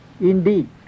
indeed